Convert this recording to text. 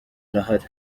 irahari